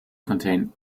contain